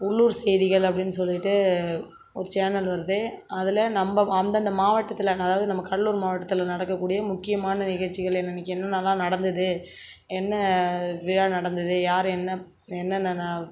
உள்ளூர் செய்திகள் அப்டினு சொல்லிட்டு ஒரு சேனல் வருது அதில் நம்ம அந்தந்த மாவட்டத்தில் அதாவது நம்ம கடலூர் மாவட்டத்தில் நடக்கக்கூடிய முக்கியமான நிகழ்ச்சிகள் இன்றைக்கி என்னென்னலாம் நடந்துது என்ன விழா நடந்துது யாரு என்ன என்னென்ன